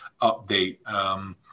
update